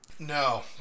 No